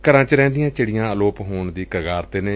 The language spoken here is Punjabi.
ਘਰਾਂ ਚ ਰਹਿੰਦੀਆਂ ਚਿੜੀਆਂ ਅਲੋਪ ਹੋਣ ਦੀ ਕਗਾਰ ਤੇ ਨੇ